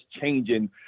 changing